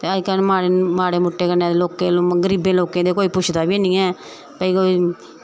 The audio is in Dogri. ते अजकल्ल माड़े मुट्टें कन्नै लोकें गरीबें लोकें गी ते कोई पुच्छदा बी निं ऐ भई कोई